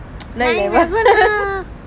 nine eleven lah